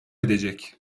edecek